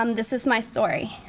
um this is my story.